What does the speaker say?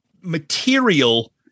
material